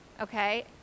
okay